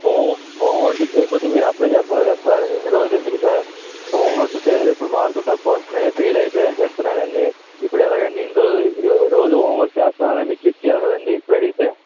home homework లు చేయకపోతే మీరు అప్పుడే చెప్పాలి కదా సార్ ఇన్ని రోజులెందుకు సార్ హోమ్ వర్క్ చేయలేదు ఇప్పుడు మార్కులు తక్కువొస్తున్నాయి ఫెయిల్ అయిపోయానని చెప్తున్నాడండి ఇప్పుడెలాగండీ ఇన్ని రోజులు రోజూ హోమ్ వర్క్ చేస్తున్నాడో మీరు చెక్ చేయాలి కదండీ ఇప్పుడడిగితే